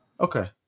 Okay